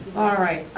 alright,